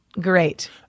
Great